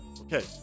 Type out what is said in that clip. okay